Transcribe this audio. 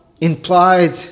implied